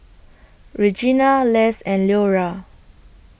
Regena Less and Leora